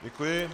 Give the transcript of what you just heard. Děkuji.